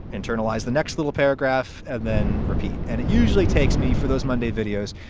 internalize the next little paragraph and then repeat and it usually takes me for those monday videos,